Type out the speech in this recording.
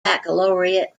baccalaureate